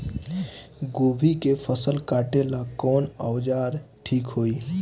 गोभी के फसल काटेला कवन औजार ठीक होई?